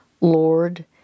Lord